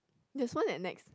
there's one at Nex